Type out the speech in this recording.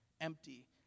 empty